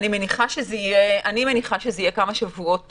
אני מניחה שזה יהיה אני מניחה שזה יהיה כמה שבועות,